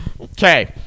Okay